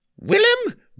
Willem